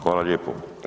Hvala lijepo.